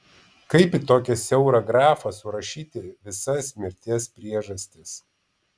kaip į tokią siaurą grafą surašyti visas mirties priežastis